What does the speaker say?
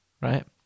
right